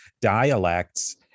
dialects